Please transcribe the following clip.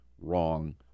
wrong